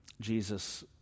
Jesus